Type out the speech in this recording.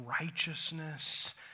righteousness